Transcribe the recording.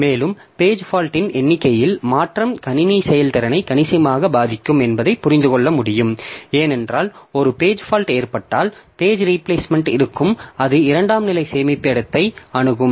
மேலும் page fault இன் எண்ணிக்கையில் மாற்றம் கணினி செயல்திறனை கணிசமாக பாதிக்கும் என்பதை புரிந்து கொள்ள முடியும் ஏனென்றால் ஒரு பேஜ் ஃபால்ட் ஏற்பட்டால் பேஜ் ரீபிளேஸ்மெண்ட் இருக்கும் அது இரண்டாம் நிலை சேமிப்பிடத்தை அணுகும்